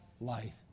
life